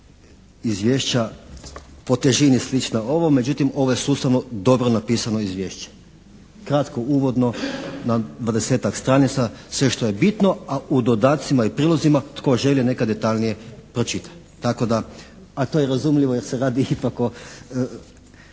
izvješća po težini slična ovome, međutim ovo je sustavno dobro napisano izvješće. Kratko, uvodno na 20.-tak stranica, sve što je bitno a u dodacima i prilozima tko želi neka detaljnije pročita. A to je razumljivo jer se radi ipak o